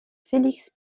félix